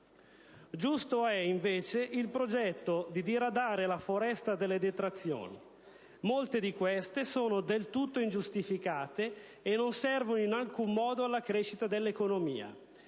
«Giusto è invece il progetto di diradare la foresta delle detrazioni. Molte di queste sono del tutto ingiustificate e non servono in alcun modo alla crescita dell'economia.